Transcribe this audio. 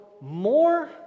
more